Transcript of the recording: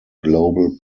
global